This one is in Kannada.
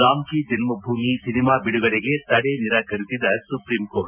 ರಾಮ್ ಕಿ ಜನ್ಮಭೂಮಿ ಸಿನಿಮಾ ಬಿಡುಗಡೆಗೆ ತಡೆ ನಿರಾಕರಿಸಿದ ಸುಪ್ರೀಂಕೋರ್ಟ್